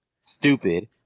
stupid